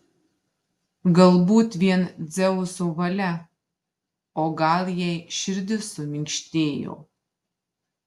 galbūt vien dzeuso valia o gal jai širdis suminkštėjo